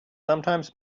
sometimes